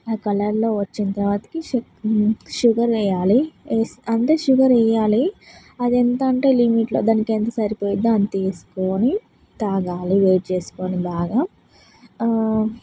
అది కలర్లో వచ్చిన తర్వాత షు షుగర్ వేయాలి వేస్ అంటే షుగర్ వేయాలి అది ఎంత అంటే లిమిట్లో దానికి ఎంత సరిపోయిద్దో అంత వేసుకుని తాగాలి వేడి చేసుకుని బాగా